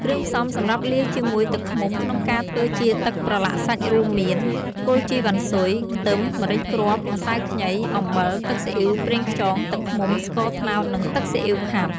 គ្រឿងផ្សំសម្រាប់លាយជាមួយទឹកឃ្មុំក្នុងការធ្វើជាទឹកប្រឡាក់សាច់រួមមាន គល់ជីវ៉ាន់ស៊ុយ ខ្ទឹម ម្រេចគ្រាប់ ម្សៅខ្ញី អំបិល ទឺកស៊ីអ៉ីវ ប្រេងខ្យង ទឹកឃ្មុំ ស្ករត្នោត និងទឹកស៊ីអ៉ីវខាប់។